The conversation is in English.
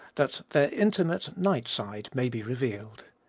that their intimate, night side may be revealed.